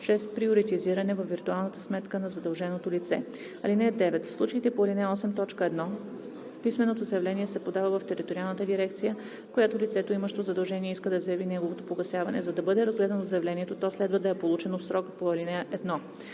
приоритизиране във виртуалната сметка на задълженото лице. (9) В случаите по ал. 8, т. 1 писменото заявление се подава в териториална дирекция, в която лицето, имащо задължение, иска да заяви неговото погасяване. За да бъде разгледано заявлението, то следва да е получено в срока по ал. 1.“